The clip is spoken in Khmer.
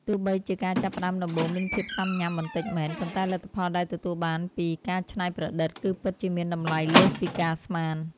ទោះបីជាការចាប់ផ្តើមដំបូងមានភាពស៊ាំញ៉ាំបន្តិចមែន ប៉ុន្តែលទ្ធផលដែលទទួលបានពីការច្នៃប្រឌិតគឺពិតជាមានតម្លៃលើសពីការស្មាន។